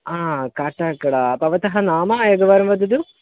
हा काटा कडा भवतः नाम एकवारं वदतु